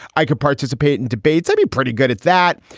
i could participate in debates. i'd be pretty good at that.